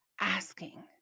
asking